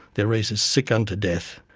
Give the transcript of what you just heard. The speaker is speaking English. their race is sick unto death,